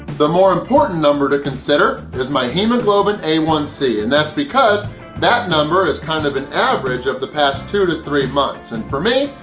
the more important number to consider is my hemoglobin a one c, and that's because that number is kind of an average of the past two to three months, and for me,